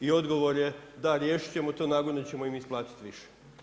I odgovor je, da, riješit ćemo to i nagodinu ćemo im isplatiti više.